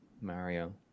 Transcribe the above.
Mario